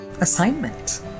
assignment